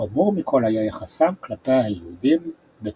חמור מכל היה יחסם כלפי היהודים בפולין.